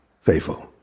faithful